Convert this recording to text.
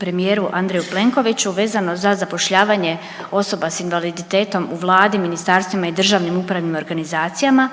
premijeru Andreju Plenkoviću vezano za zapošljavanje osoba sa invaliditetom u Vladi, ministarstvima i državnim upravnim organizacijama.